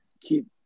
keep